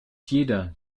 jeder